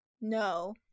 No